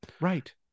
Right